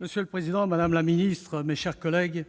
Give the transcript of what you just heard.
Monsieur le président, madame la ministre, mes chers collègues,